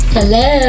Hello